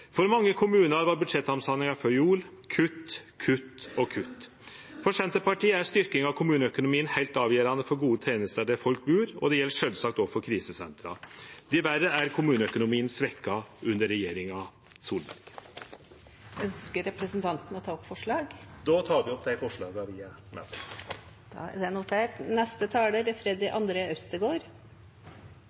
For mange kommunar var budsjetthandsaminga før jul kutt, kutt og kutt. For Senterpartiet er styrking av kommuneøkonomien heilt avgjerande for gode tenester der folk bur, og det gjeld sjølvsagt òg for krisesentera. Diverre er kommuneøkonomien svekt under regjeringa Solberg. Eg tek til slutt opp forslaget frå Senterpartiet og SV. Representanten Olav Urbø har tatt opp det forslaget han refererte til. Vold mot kvinner er